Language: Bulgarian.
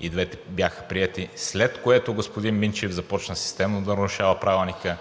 и двете бяха приети, след което господин Минчев започна системно да нарушава Правилника,